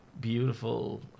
beautiful